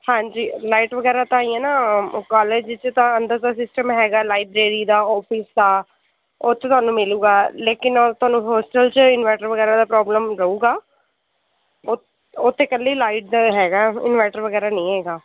ਹਾਂਜੀ ਲਾਈਟ ਵਗੈਰਾ ਤਾਂ ਐਂਈਂ ਹੈ ਨਾ ਕਾਲਜ 'ਚ ਤਾਂ ਅੰਦਰ ਦਾ ਸਿਸਟਮ ਹੈਗਾ ਲਾਈਟ ਜਿਹੜੀ ਦਾ ਆੱਫਿਸ ਦਾ ਉੱਥੇ ਤੁਹਾਨੂੰ ਮਿਲੂਗਾ ਲੇਕਿਨ ਉਹ ਤੁਹਾਨੂੰ ਹੋਸਟਲ 'ਚ ਇਨਵਰਟਰ ਵਗੈਰਾ ਦਾ ਪ੍ਰੋਬਲਮ ਰਹੂਗਾ ਓਥ ਉੱਥੇ ਇਕੱਲੀ ਲਾਈਟ ਦਾ ਹੈਗਾ ਇਨਵਰਟਰ ਵਗੈਰਾ ਨਹੀਂ ਹੈਗਾ